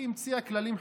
היא המציאה כללים חדשים.